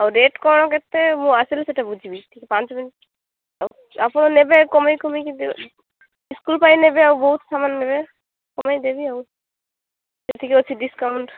ହଉ ରେଟ୍ କ'ଣ କେତେ ମୁଁ ଆସିଲେ ସେଇଟା ବୁଝିବି ଟିକେ ପାଞ୍ଚ ମିନିଟ୍ ଆପଣ ନେବେ କମାଇ କମାଇ କି ଦେବେ ସ୍କୁଲ୍ ପାଇଁ ନେବେ ଆଉ ବହୁତ ସାମାନ୍ ନେବେ କମାଇ ଦେବି ଆଉ ଯେତିକି ଅଛି ଡିସକାଉଣ୍ଟ୍